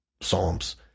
psalms